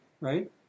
right